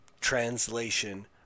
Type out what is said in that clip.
Translation